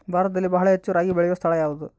ಭಾರತದಲ್ಲಿ ಬಹಳ ಹೆಚ್ಚು ರಾಗಿ ಬೆಳೆಯೋ ಸ್ಥಳ ಯಾವುದು?